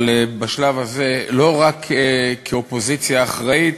אבל בשלב הזה, לא רק כאופוזיציה אחראית,